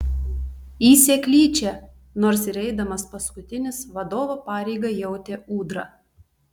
į seklyčią nors ir eidamas paskutinis vadovo pareigą jautė ūdra